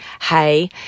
Hey